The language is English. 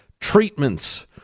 treatments